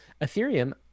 Ethereum